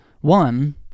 One